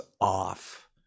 off